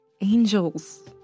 Angels